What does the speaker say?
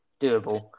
doable